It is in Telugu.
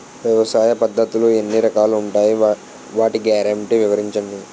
వ్యవసాయ పద్ధతులు ఎన్ని రకాలు ఉంటాయి? వాటి గ్యారంటీ వివరించండి?